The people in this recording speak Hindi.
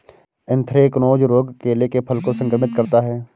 एंथ्रेक्नोज रोग केले के फल को संक्रमित करता है